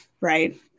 right